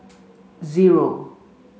zero